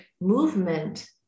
movement